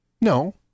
No